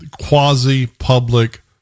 quasi-public